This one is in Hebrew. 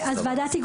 ועדת ההיגוי